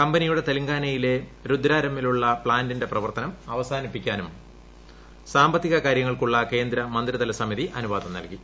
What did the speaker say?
കമ്പനിയുടെ തെലങ്കാനയിലെ രുദ്രാരമ്മിലുള്ള പ്ലാന്റിന്റെ പ്രവർത്തനം അവസാനിപ്പിക്കാനും സാമ്പത്തിക കാര്യങ്ങൾക്കുള്ള കേന്ദ്ര മന്ത്രിതല സമിതി അനുവാദം നൽകി